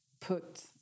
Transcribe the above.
put